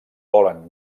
volen